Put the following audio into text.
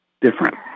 different